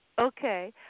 Okay